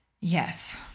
Yes